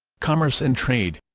commerce and trade